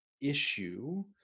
issue